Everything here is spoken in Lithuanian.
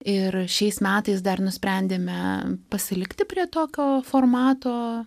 ir šiais metais dar nusprendėme pasilikti prie tokio formato